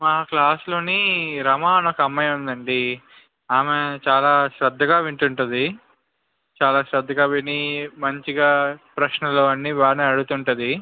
మా క్లాస్లోని రమ అని ఒక అమ్మాయి ఉందండి ఆమె చాలా శ్రద్ధగా వింటుంటుంది చాలా శ్రద్ధగా విని మంచిగా ప్రశ్నలు అన్నీ బాగానే అడుగుతుంటుంది